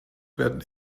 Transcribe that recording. werden